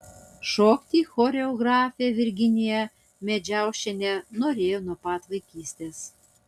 šokti choreografė virginija medžiaušienė norėjo nuo pat vaikystės